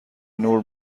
نور